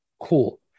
Cool